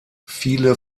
viele